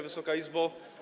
Wysoka Izbo!